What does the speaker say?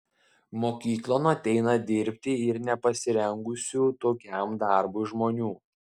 mokyklon ateina dirbti ir nepasirengusių tokiam darbui žmonių